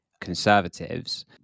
conservatives